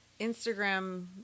Instagram